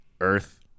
earth